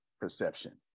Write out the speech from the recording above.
perception